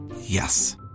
Yes